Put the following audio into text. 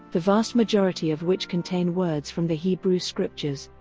the vast majority of which contain words from the hebrew scriptures.